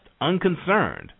unconcerned